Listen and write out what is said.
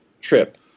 trip